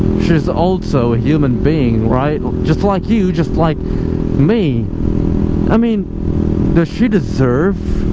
she's also a human being right just like you just like me i mean does she deserve